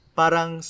parang